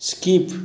skip